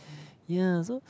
ya so